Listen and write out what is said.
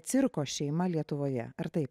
cirko šeima lietuvoje ar taip